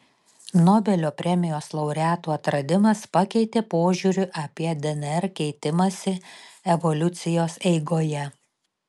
nobelio premijos laureatų atradimas pakeitė požiūrį apie dnr keitimąsi evoliucijos eigoje